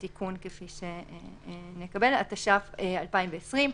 (תיקון מס' 2), התש"ף-2020.